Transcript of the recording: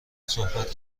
صحبت